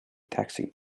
taxing